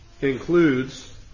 includes